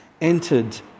entered